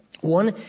One